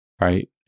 Right